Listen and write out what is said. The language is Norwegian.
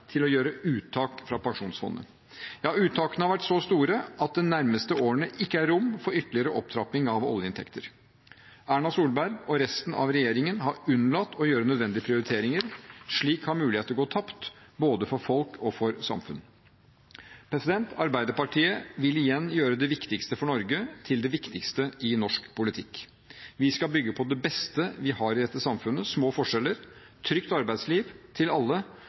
til å gjøre uttak fra pensjonsfondet. Ja, uttakene har vært så store at det de nærmeste årene ikke er rom for ytterligere opptrapping av oljeinntekter. Erna Solberg og resten av regjeringen har unnlatt å gjøre nødvendige prioriteringer. Slik har muligheter gått tapt, både for folk og for samfunnet. Arbeiderpartiet vil igjen gjøre det viktigste for Norge til det viktigste i norsk politikk. Vi skal bygge på det beste vi har i dette samfunnet: små forskjeller, trygt arbeidsliv til alle